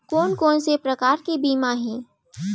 कोन कोन से प्रकार के बीमा हे?